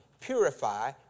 purify